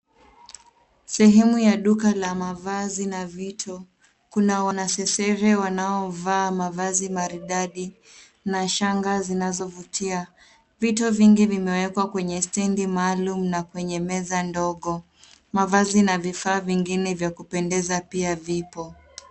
Sehemu ya duka la mavazi na vitu. Kuna wanasesere wanaovaa mavazi maridadi na shanga zinazovutia. Vitu vingi vimewekwa kwenye stendi maalum na kwenye meza ndogo. Mavazi na vifaa vingine vya kupendeza pia vipo.